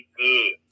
good